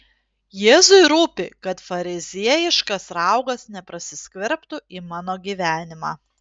jėzui rūpi kad fariziejiškas raugas neprasiskverbtų į mano gyvenimą